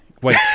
Wait